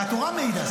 התורה מעידה,